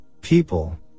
people